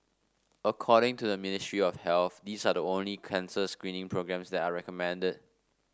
according to the Ministry of Health these are the only cancer screening programmes that are recommended